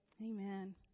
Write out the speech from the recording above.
Amen